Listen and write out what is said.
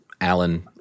Alan